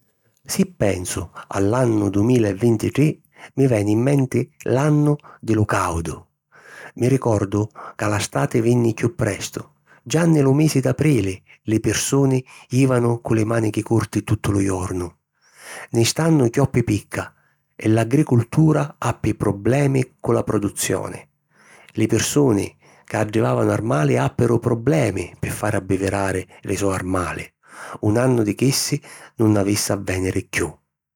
Si pensu a l'annu dumila e vintitrì, mi veni in menti l'annu di lu càudu. Mi ricordu ca la stati vinni chiù prestu, già nni lu misi d'aprili li pirsuni jìvanu cu li mànichi curti tuttu lu jornu. Nni st'annu chioppi picca e l'agricultura appi problemi cu la produzioni. Li pirsuni ca addivàvanu armali àppiru problemi pi fari abbivirari li so' armali. Un annu di chissi nun avissi a vèniri chiù.